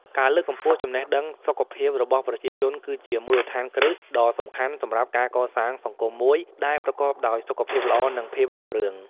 ការលើកកម្ពស់ចំណេះដឹងសុខភាពរបស់ប្រជាជនគឺជាមូលដ្ឋានគ្រឹះដ៏សំខាន់សម្រាប់ការកសាងសង្គមមួយដែលប្រកបដោយសុខភាពល្អ និងភាពរុងរឿង។